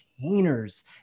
containers